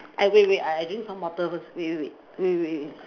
I wait wait I drink some water first wait wait wait wait wait wait wait